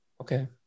Okay